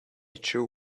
true